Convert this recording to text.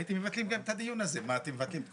במסגרת הביקורת השנתית של המשרד אנחנו נוציא בקשה בצורה